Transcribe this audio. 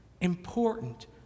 important